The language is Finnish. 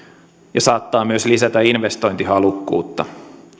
ja saattaa myös lisätä investointihalukkuutta